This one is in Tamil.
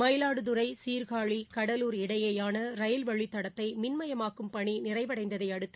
மயிலாடுதுறை சீர்காழி கடலுர் இடையேயான ரயில்வழித்தடத்தை மின்மயமாக்கும் பணி நிறைவடைந்ததையடுத்து